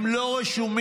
הם לא רשומים